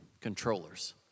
Controllers